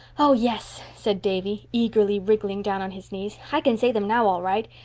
oh, yes, said davy, eagerly wriggling down on his knees, i can say them now all right.